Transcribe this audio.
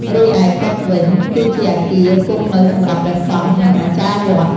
រីឯកុដិវិញ គឺជាអគារគង់នៅសម្រាប់ ព្រះសង្ឃ និង អាចារ្យវត្ត។